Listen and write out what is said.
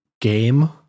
game